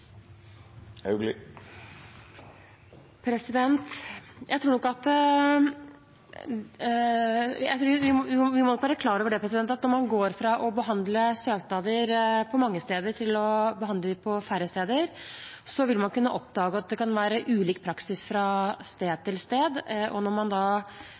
Jeg tror nok vi må være klar over at når man går fra å behandle søknader på mange steder, til å behandle dem på færre steder, vil man kunne oppdage at det kan være ulik praksis fra